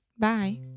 Bye